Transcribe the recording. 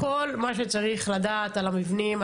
כל מה שצריך לדעת על המבנים,